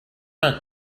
her